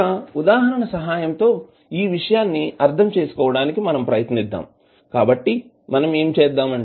ఒక ఉదాహరణ సహాయంతో ఈ విషయాన్ని అర్థం చేసుకోవడానికి మనం ప్రయత్నిద్దాము కాబట్టి మనం ఏమి చేద్దాం